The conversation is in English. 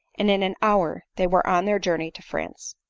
and in an hour they were on their journey to france.